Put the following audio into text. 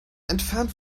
entfernt